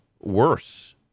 worse